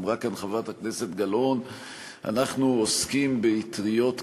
אמרה כאן חברת הכנסת גלאון שאנחנו עוסקים באטריות קרות,